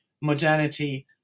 modernity